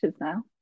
now